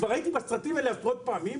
כבר הייתי בסרטים האלה עשרות פעמים,